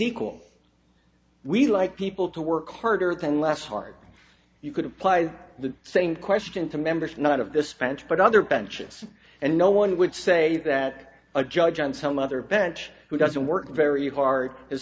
equal we like people to work harder than less hard you could apply the same question to members not of this fence but other benches and no one would say that a judge on some other bench who doesn't work very hard